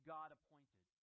God-appointed